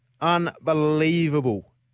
Unbelievable